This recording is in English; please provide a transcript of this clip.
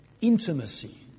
intimacy